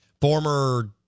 former